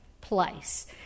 place